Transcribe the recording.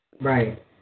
Right